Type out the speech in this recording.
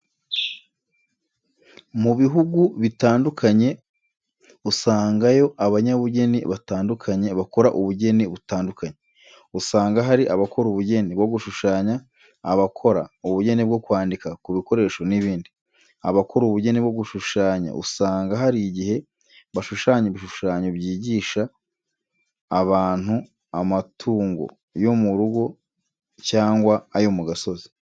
Mu bihugu bitandukanye usangayo abanyabugeni batandukanye bakora ubugeni butandukanye. Usanga hari abakora ubugeni bwo gushushanya, abakora ubugeni bwo kwandika kubikoresho n'ibindi. Abakora ubugeni bwo gushushanya usanga hari igihe bashushanya ibishushanyo byigisha abantu amatungo yo mu rugo cyangwa ayo mu gasozi.